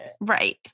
Right